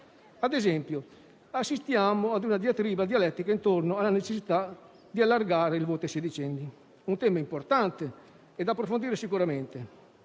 ad esempio, ad una diatriba dialettica intorno alla necessità di allargare il voto ai sedicenni, un tema importante e da approfondire sicuramente,